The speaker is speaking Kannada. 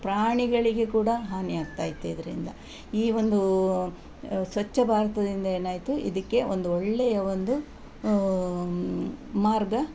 ಪ್ರಾಣಿಗಳಿಗೆ ಕೂಡ ಹಾನಿಯಾಗ್ತಾ ಇತ್ತು ಇದರಿಂದ ಈ ಒಂದು ಸ್ವಚ್ಛ ಭಾರತದಿಂದ ಏನಾಯಿತು ಇದಕ್ಕೆ ಒಂದು ಒಳ್ಳೆಯ ಒಂದು ಮಾರ್ಗ